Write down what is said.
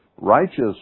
righteous